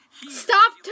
Stop